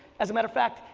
as a matter of fact,